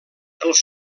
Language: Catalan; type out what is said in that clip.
els